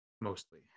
mostly